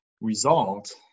result